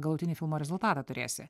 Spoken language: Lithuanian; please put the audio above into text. galutinį filmo rezultatą turėsi